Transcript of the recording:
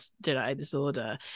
disorder